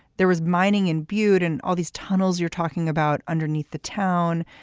there was mining in bude and all these tunnels you're talking about underneath the town.